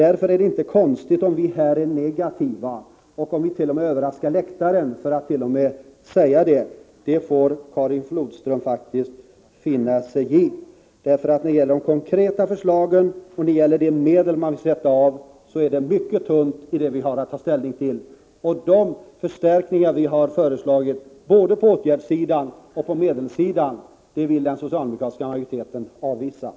Därför är det inte konstigt om vi här är negativa och om vi överraskar folket på läktaren med attt.o.m. säga det. Det får Karin Flodström faktiskt finna sig i. När det gäller de konkreta förslagen och de medel man vill sätta av är förslaget vi har att ta ställning till mycket tunt, och de förstärkningar vi har föreslagit, både på åtgärdssidan och på medelssidan, avvisar den socialdemokratiska majoriteten.